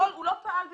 הוא לא פעל בניגוד.